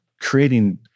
creating